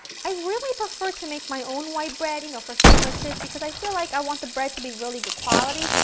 i really prefer to make my own white bread you know for sandwiches because i feel like i want the bread to be really good quality.